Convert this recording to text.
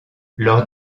lors